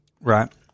Right